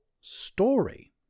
story